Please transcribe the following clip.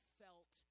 felt